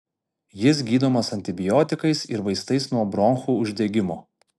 jis gydomas antibiotikais ir vaistais nuo bronchų uždegimo